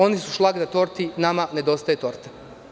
Oni su šlag na torti, a nama nedostaje torta.